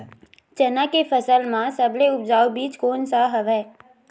चना के फसल म सबले उपजाऊ बीज कोन स हवय?